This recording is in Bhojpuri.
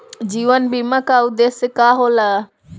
जीवन बीमा का उदेस्य का होला?